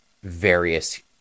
various